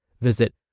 Visit